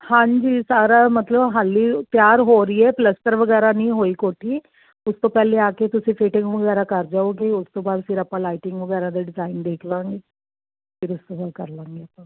ਹਾਂਜੀ ਸਾਰਾ ਮਤਲਬ ਹਾਲੀ ਤਿਆਰ ਹੋ ਰਹੀ ਹੈ ਪਲਸਤਰ ਵਗੈਰਾ ਨਹੀਂ ਹੋਈ ਕੋਠੀ ਉਸ ਤੋਂ ਪਹਿਲੇ ਆ ਕੇ ਤੁਸੀਂ ਫਿਟਿੰਗ ਵਗੈਰਾ ਕਰ ਜਾਓਗੇ ਉਸ ਤੋਂ ਬਾਅਦ ਫਿਰ ਆਪਾਂ ਲਾਈਟਿੰਗ ਵਗੈਰਾ ਦੇ ਡਿਜ਼ਾਇਨ ਦੇਖ ਲਾਂਗੇ ਫਿਰ ਉਸ ਤੋਂ ਉਹ ਕਰ ਲਾਂਗੇ